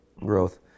growth